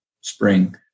spring